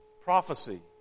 prophecy